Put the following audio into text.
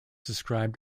described